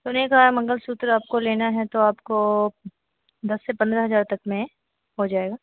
सोने का है मंगलसूत्र आपको लेना है तो आपको दस से पन्द्रह हज़ार तक में हो जाएगा